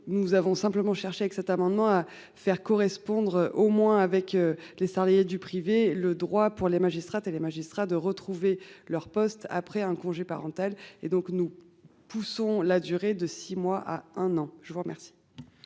nous avons simplement cherché avec cet amendement à faire correspondre au moins avec les salariés du privé, le droit pour les magistrats et les magistrats de retrouver leur poste après un congé parental et donc nous poussons la durée de 6 mois à un an. Je vous remercie.